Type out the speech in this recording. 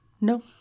No